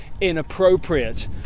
inappropriate